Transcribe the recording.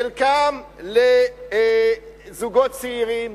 חלקן לזוגות צעירים.